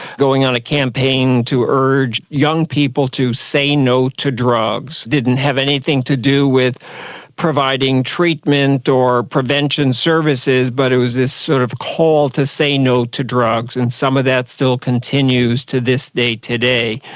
going on a campaign to urge young people to say no to drugs. it didn't have anything to do with providing treatment or prevention services but it was this sort of call to say no to drugs, and some of that still continues to this day today.